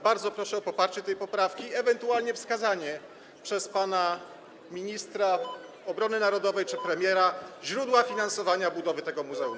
Bardzo proszę o poparcie tej poprawki, ewentualnie wskazanie przez pana ministra obrony narodowej czy premiera źródła finansowania budowy tego muzeum.